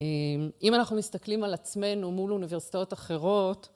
אם אנחנו מסתכלים על עצמנו מול אוניברסיטאות אחרות